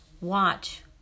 Watch